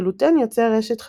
הגלוטן יוצר רשת חזקה,